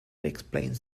explains